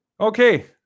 okay